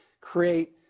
create